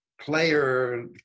player